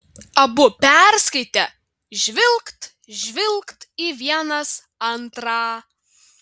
abu perskaitę žvilgt žvilgt į vienas antrą